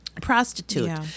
prostitute